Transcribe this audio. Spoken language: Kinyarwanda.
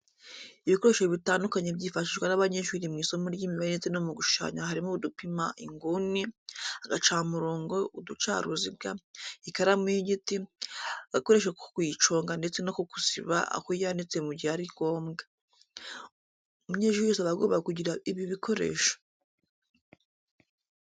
Ibikoresho bitandukanye byifashishwa n'abanyeshuri mu isomo ry'imibare ndetse no mu gushushanya harimo udupima inguni, agacamurongo, uducaruziga, ikaramu y'igiti, agakoresho ko kuyiconga ndetse n'ako gusiba aho yanditse mu gihe ari ngombwa. Umunyeshuri wese aba agomba kugira ibi bikoresho.